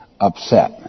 upset